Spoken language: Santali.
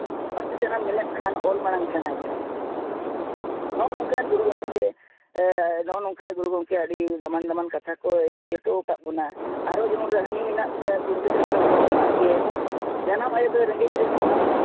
ᱯᱟᱹᱨᱥᱤ ᱥᱮᱲᱟᱢ ᱢᱮᱱᱮᱫ ᱠᱷᱟᱱ ᱚᱞ ᱢᱟᱲᱟᱝ ᱥᱮᱲᱟᱭ ᱛᱟᱢ ᱦᱮᱸ ᱥᱮ ᱱᱚᱜᱼᱚ ᱱᱚᱝᱠᱟᱱ ᱜᱩᱨᱩ ᱜᱚᱢᱠᱮ ᱱᱚᱜᱼᱚ ᱱᱚᱝᱠᱟ ᱜᱩᱨᱩ ᱜᱚᱢᱠᱮ ᱟᱹᱰᱤ ᱫᱟᱢᱟᱱ ᱫᱟᱢᱟᱱ ᱠᱟᱛᱷᱟ ᱠᱚᱭ ᱞᱟᱹᱭ ᱦᱚᱴᱚᱣ ᱠᱟᱜ ᱵᱚᱱᱟ ᱟᱨ ᱡᱮᱢᱚᱱ ᱢᱮᱱᱟᱜ ᱛᱟᱭᱟ ᱯᱚᱱᱰᱤᱛ ᱨᱚᱜᱷᱩᱱᱟᱛᱷ ᱢᱩᱨᱢᱩᱣᱟᱜ ᱜᱮ ᱡᱟᱱᱟᱢ ᱟᱭᱳ ᱫᱚᱭ ᱨᱮᱸᱜᱮᱡ ᱨᱮᱦᱚᱸ